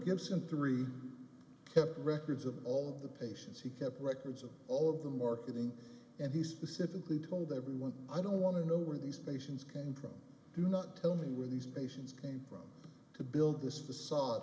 through kept records of all the patients he kept records of all of the marketing and he specifically told everyone i don't want to know where these patients came from do not tell me where these patients came from to build this facade